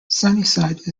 sunnyside